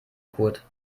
kurt